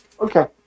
okay